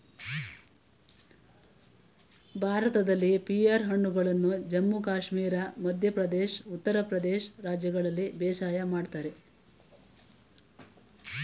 ಭಾರತದಲ್ಲಿ ಪಿಯರ್ ಹಣ್ಣುಗಳನ್ನು ಜಮ್ಮು ಕಾಶ್ಮೀರ ಮಧ್ಯ ಪ್ರದೇಶ್ ಉತ್ತರ ಪ್ರದೇಶ ರಾಜ್ಯಗಳಲ್ಲಿ ಬೇಸಾಯ ಮಾಡ್ತರೆ